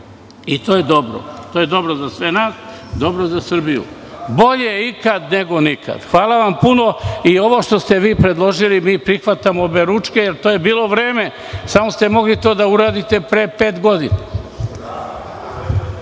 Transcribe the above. i to je dobro. To je dobro za sve nas, dobro za Srbiju, bolje ikad nego nikad. Hvala puno. Ovo što ste vi predložili mi prihvatamo oberučke, jer to je bilo vreme, samo ste mogli to da uradite pre pet godina.